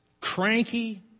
Cranky